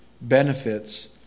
benefits